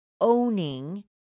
owning